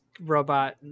robot